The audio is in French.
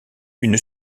une